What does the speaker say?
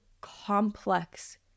complex